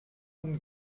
den